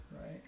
right